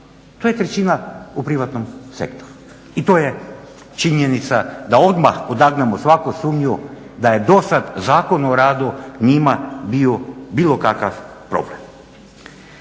To je trećina u privatnom sektoru. I to je činjenica da odmah odagnamo svaku sumnju da je do sada Zakon o radu bio bilo kakav problem.